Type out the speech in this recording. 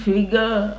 figure